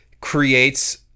creates